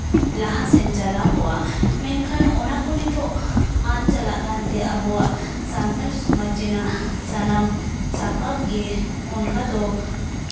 ᱞᱟᱦᱟ ᱥᱮᱱ ᱪᱟᱞᱟᱣ ᱠᱚᱜᱼᱟ ᱢᱮᱱᱠᱷᱟᱱ ᱚᱱᱟ ᱠᱚ ᱱᱤᱛᱳᱜ ᱟᱫ ᱪᱟᱞᱟᱜ ᱠᱟᱱ ᱛᱮ ᱟᱵᱚᱣᱟᱜ ᱥᱟᱱᱛᱟᱲ ᱥᱚᱢᱟᱡᱽ ᱨᱮᱱᱟᱜ ᱥᱟᱱᱟᱢ ᱥᱟᱯᱟᱵ ᱜᱮ ᱚᱱᱠᱟ ᱫᱚ